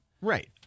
Right